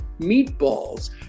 meatballs